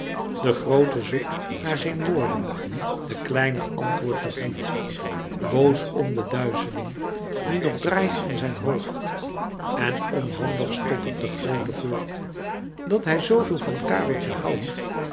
de groote zoekt naar zijn woorden de kleine antwoordt nog niet boos om de duizeling die nog draait in zijn hoofd en onhandig stottert de groote voort dat hij zooveel van kareltje houdt